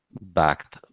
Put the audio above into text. backed